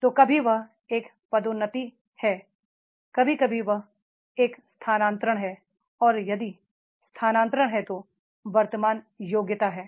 तो कभी यह एक पदोन्नति है कभी कभी यह एक स्थानांतरण है और यदि स्थानांतरण है तो वर्तमान योग्यता है